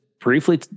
briefly